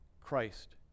Christ